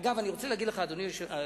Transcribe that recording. אגב, אני רוצה להגיד לך, אדוני היושב-ראש,